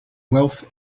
wealth